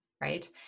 right